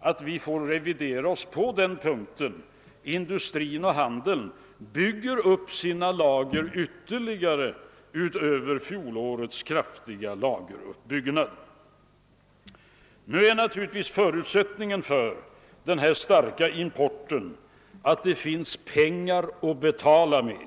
att denna uppfattning måste revideras. Industrin och handeln bygger upp sina lager även utöver den kraftiga ökningen under fjolåret. | Förutsättningen - för den stora importen är naturligtvis att det finns pengar att betala med.